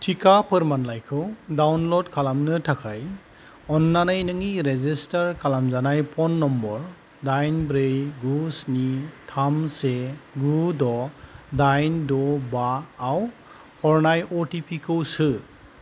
टिका फोरमानलाइखौ डाउनलड खालामनो थाखाय अन्नानै नोंनि रेजिस्टार खालामजानाय फन नम्बर डाइन ब्रै गु स्नि थाम से गु द' डाइन द' बा आव हरनाय अटिपिखौ सो